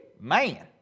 Man